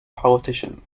politician